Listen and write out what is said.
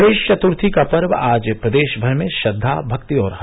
गणेश चतुर्थी का पर्व आज प्रदेश भर में श्रद्धा भक्ति और है